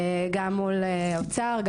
גם מול האוצר,